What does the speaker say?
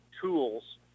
tools